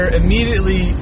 immediately